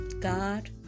God